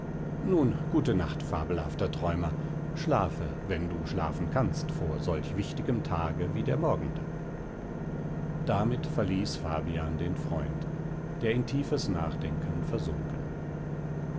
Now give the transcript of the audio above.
nun gute nacht fabelhafter träumer schlafe wenn du schlafen kannst vor solch wichtigem tage wie der morgende damit verließ fabian den freund der in tiefes nachdenken versunken